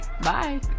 Bye